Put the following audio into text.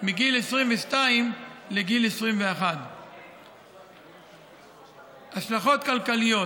מגיל 22 לגיל 21. השלכות כלכליות,